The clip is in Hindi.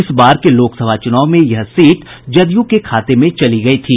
इस बार के लोकसभा चुनाव में यह सीट जदयू के खाते में चली गयी थी